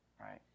right